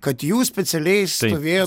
kad jūs specialiai stovėjot